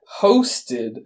hosted